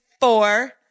four